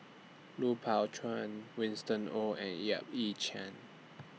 Lui Pao Chuen Winston Oh and Yap Ee Chian